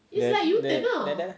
like like like that lah